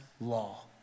law